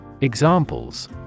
Examples